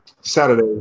Saturday